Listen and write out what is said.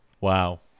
Wow